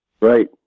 Right